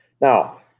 Now